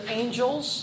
angels